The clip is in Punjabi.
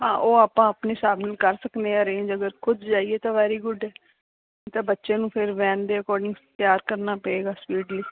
ਹਾਂ ਉਹ ਆਪਾਂ ਆਪਣੇ ਹਿਸਾਬ ਨਾਲ ਕਰ ਸਕਦੇ ਹਾਂ ਅਰੇਂਜ ਅਗਰ ਖੁਦ ਜਾਈਏ ਤਾਂ ਵੈਰੀ ਗੁੱਡ ਹੈ ਨਹੀਂ ਤਾਂ ਬੱਚਿਆਂ ਨੂੰ ਫੇਰ ਵੈਨ ਦੇ ਅਕੋਡਿੰਗ ਤਿਆਰ ਕਰਨਾ ਪਏਗਾ ਸਪੀਡਲੀ